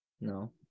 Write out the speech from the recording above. No